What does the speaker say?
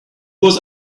was